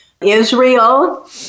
Israel